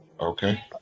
Okay